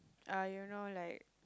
uh you know like